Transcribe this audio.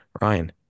Ryan